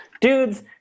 Dudes